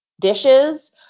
dishes